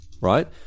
right